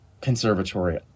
conservatory